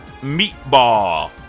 Meatball